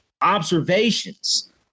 Observations